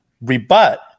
rebut